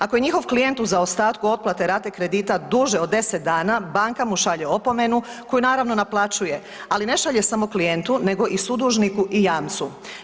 Ako je njihov klijent u zaostatku otplate rate kredita duže od 10 dana, banka mu šalje opomenu koju naravno naplaćuje, ali ne šalje samo klijentu nego i sudužniku i jamcu.